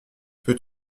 peux